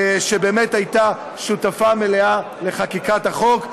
שבאמת הייתה שותפה מלאה לחקיקת החוק,